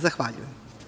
Zahvaljujem.